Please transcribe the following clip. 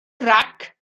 grac